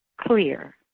clear